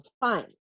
Fine